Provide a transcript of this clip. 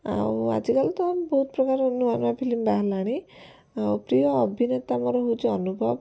ଆଉ ଆଜିକାଲି ତ ବହୁତ ପ୍ରକାରର ନୂଆ ନୂଆ ଫିଲ୍ମ ବାହାରିଲାଣି ଆଉ ପ୍ରିୟ ଅଭିନେତା ମୋର ହେଉଛି ଅନୁଭବ